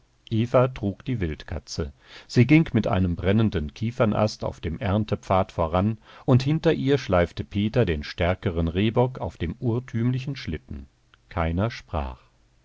trug die wildkatze sie ging mit einem brennenden kiefernast auf dem erntepfad voran und hinter ihr schleifte peter den stärkeren rehbock auf dem urtümlichen schlitten keiner sprach